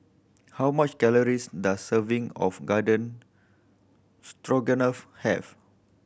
how much calories does serving of Garden Stroganoff have